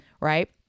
Right